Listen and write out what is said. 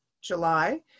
July